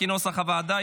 כנוסח הוועדה,